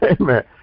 amen